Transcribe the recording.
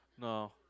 No